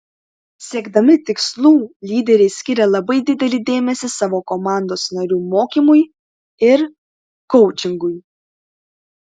siekdami tikslų lyderiai skiria labai didelį dėmesį savo komandos narių mokymui ir koučingui